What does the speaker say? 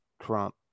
Trump